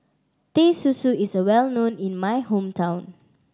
Teh Susu is well known in my hometown